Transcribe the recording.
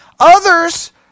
Others